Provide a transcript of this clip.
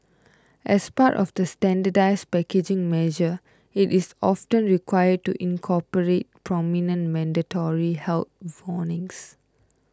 as part of the standardised packaging measure it is often required to incorporate prominent mandatory health warnings